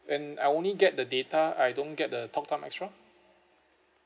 and I only get the data I don't get the talk time extra